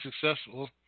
successful